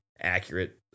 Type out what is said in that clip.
accurate